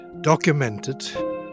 documented